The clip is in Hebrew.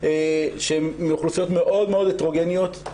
מאוכלוסיות מאוד מאוד הטרוגניות,